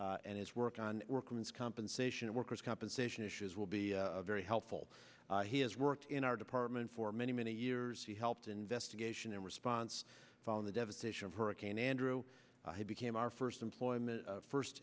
and his work on workman's compensation workers compensation issues will be very helpful he has worked in our department for many many years he helped investigation in response found the devastation of hurricane andrew he became our first employment first